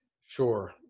Sure